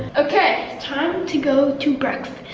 okay time to go to breakfast.